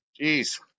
Jeez